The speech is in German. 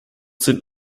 sind